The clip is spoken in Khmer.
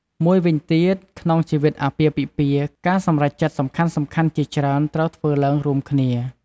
មួយវិញទៀត ក្នុងជីវិតអាពាហ៍ពិពាហ៍ ការសម្រេចចិត្តសំខាន់ៗជាច្រើនត្រូវធ្វើឡើងរួមគ្នា។